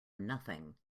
nothing